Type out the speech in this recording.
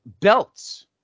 belts